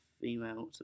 female